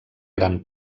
gran